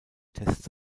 tests